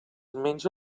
menja